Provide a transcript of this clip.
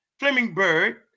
flemingbird